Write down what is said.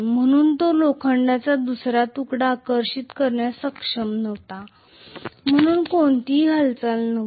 म्हणून तो लोखंडाचा दुसरा तुकडा आकर्षित करण्यास सक्षम नव्हता म्हणून कोणतीही हालचाल नव्हती